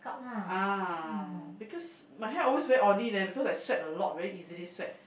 ah because my hair always very oily leh because I sweat a lot very easily sweat